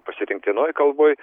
pasirinktinoj kalboj